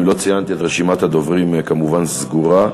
אם לא ציינתי, רשימת הדוברים כמובן סגורה.